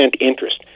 interest